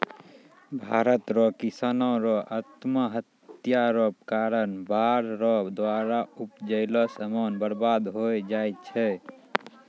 भारत रो किसानो रो आत्महत्या रो कारण बाढ़ रो द्वारा उपजैलो समान बर्बाद होय जाय छै